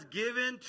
given